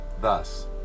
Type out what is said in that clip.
thus